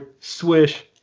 swish